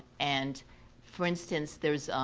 and for instance, there's